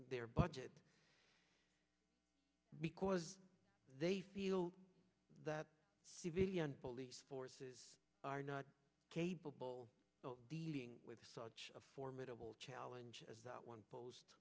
their budget because they feel that police forces are not capable of dealing with such a formidable challenge as the one posed